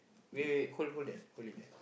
wait wait wait hold hold that hold it there